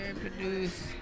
produce